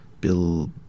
Bill